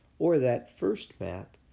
or that first map